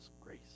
grace